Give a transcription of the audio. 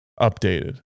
updated